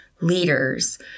leaders